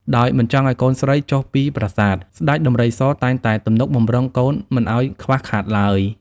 ដោយមិនចង់ឱ្យកូនស្រីចុះពីប្រាសាទ ស្តេចដំរីសតែងតែទំនុកបម្រុងកូនមិនឱ្យខ្វះខាតឡើយ។